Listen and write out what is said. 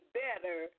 better